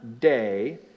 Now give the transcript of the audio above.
day